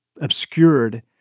obscured